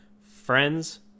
friends